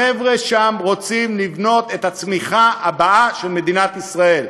החבר'ה שם רוצים לבנות את הצמיחה הבאה של מדינת ישראל.